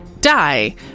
die